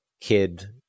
kid